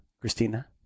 Christina